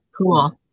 Cool